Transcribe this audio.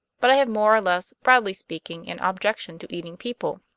but i have more or less, broadly speaking, an objection to eating people.